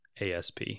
asp